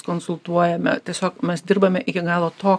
konsultuojame tiesiog mes dirbame iki galo to